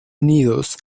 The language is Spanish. unidos